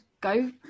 go